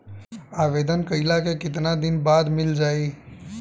आवेदन कइला के कितना दिन बाद मिल जाई?